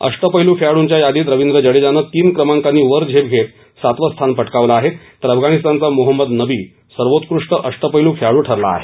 अष्टपैलू खेळाडूंच्या यादीत रवींद्र जडेजानं तीन क्रमांकांनी वर झेप घेत सातवं स्थान पटकावलं आहे तर अफगाणिस्तानचा मोहम्मद नबी सर्वोत्कृष्ट अष्टपैलू खेळाडू ठरला आहे